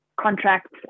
contracts